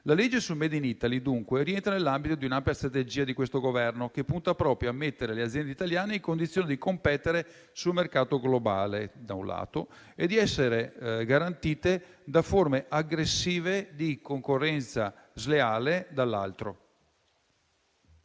La legge sul *made in Italy*, dunque, rientra nell'ambito di un'ampia strategia di questo Governo, che punta proprio a mettere le aziende italiane in condizione di competere sul mercato globale, da un lato, e di essere garantite da forme aggressive di concorrenza sleale, dall'altro.